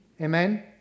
Amen